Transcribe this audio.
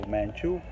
Manchu